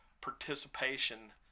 participation